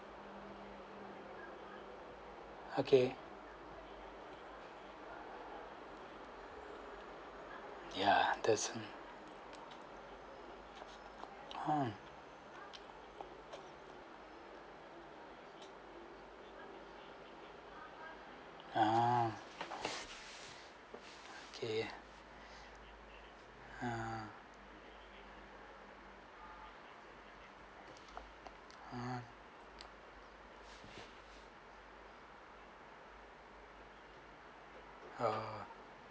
okay yeah that's the um ah okay ah oh